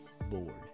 bored